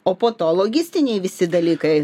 o po to logistiniai visi dalykai